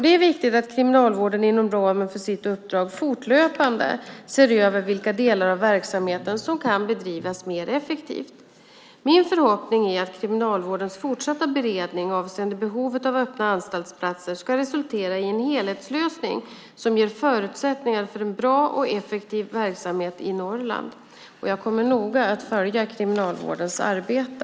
Det är viktigt att Kriminalvården inom ramen för sitt uppdrag fortlöpande ser över vilka delar av verksamheten som kan bedrivas mer effektivt. Min förhoppning är att Kriminalvårdens fortsatta beredning avseende behovet av öppna anstaltsplatser ska resultera i en helhetslösning som ger förutsättningar för en bra och effektiv verksamhet i Norrland. Jag kommer noga att följa Kriminalvårdens arbete.